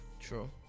True